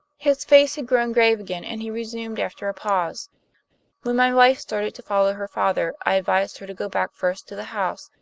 his face had grown grave again, and he resumed after a pause when my wife started to follow her father i advised her to go back first to the house,